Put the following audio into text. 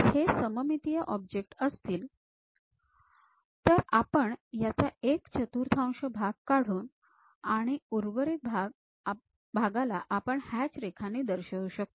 जर हे सममितीय ऑब्जेक्ट असतील तर आपण त्याच्या एक चथुर्तांश भाग काढून आणि उर्वरित भागाला आपण हॅच रेघांनी दाखवू शकतो